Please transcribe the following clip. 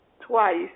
twice